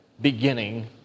beginning